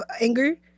anger